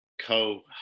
co